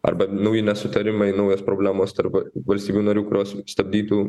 arba nauji nesutarimai naujos problemos tarp va valstybių narių kurios stabdytų